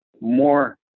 more